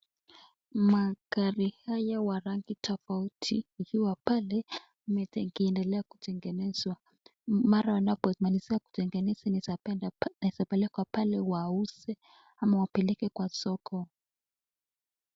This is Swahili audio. Magari haya wa rangi tofauti zikiwa pale zikiwa zinaendelea kutengenezwa. Mara wanapomaliza kutengeneza inaweza pelekwa pale wauze ama wapeleke kwa soko.